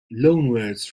loanwords